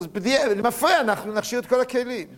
זה מפריע, אנחנו נכשיר את כל הכלים.